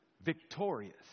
victorious